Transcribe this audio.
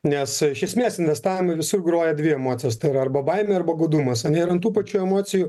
nes iš esmės investavimui visur groja dvi emocijos arba baimė arba godumas anie ir ant tų pačių emocijų